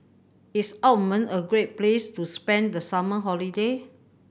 is Oman a great place to spend the summer holiday